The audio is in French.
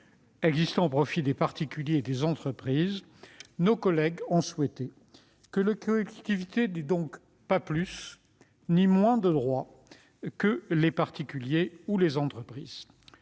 existant au profit des particuliers et des entreprises, nos collègues souhaitent que les collectivités n'aient ni plus ni moins de droits que les particuliers ou les entreprises.